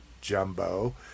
Jumbo